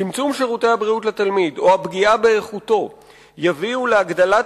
צמצום שירותי הבריאות לתלמיד או פגיעה באיכותם יביאו להגדלת